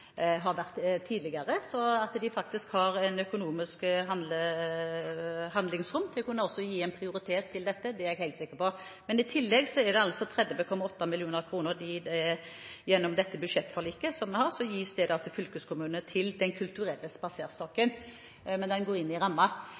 har kommunene fått en veldig god ramme til neste år. De har faktisk fått en bedre ramme enn tidligere. At de faktisk har et økonomisk handlingsrom for å kunne prioritere dette, er jeg helt sikker på. I tillegg gis det 30,8 mill. kr gjennom dette budsjettforliket til fylkeskommunene som går til Den kulturelle spaserstokken, men det går inn i